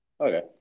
Okay